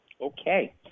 Okay